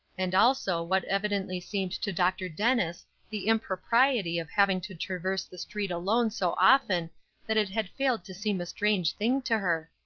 and also what evidently seemed to dr. dennis the impropriety of having to traverse the street alone so often that it had failed to seem a strange thing to her.